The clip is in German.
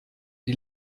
die